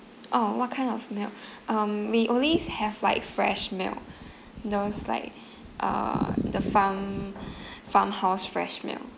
orh what kind of milk um we always have like fresh milk those like uh the farm~ farmhouse fresh milk